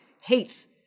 hates